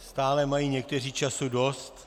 Stále mají někteří času dost.